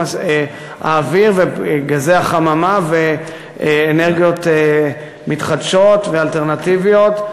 האוויר וגזי החממה ואנרגיות מתחדשות ואלטרנטיביות,